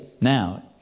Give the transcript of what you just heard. now